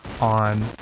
on